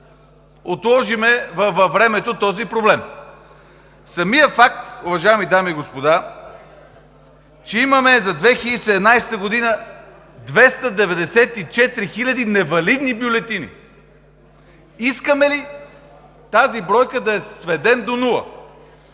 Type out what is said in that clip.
отложим във времето този проблем. Самият факт, уважаеми дами и господа, е, че за 2017 г. имаме 294 хиляди невалидни бюлетини. Искаме ли тази бройка да я сведем до нула?